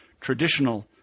traditional